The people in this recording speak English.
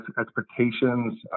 expectations